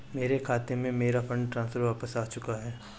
मेरे खाते में, मेरा फंड ट्रांसफर वापस आ चुका है